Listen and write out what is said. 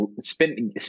spending